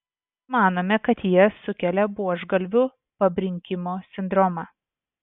manome kad jie sukelia buožgalvių pabrinkimo sindromą